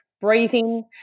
breathing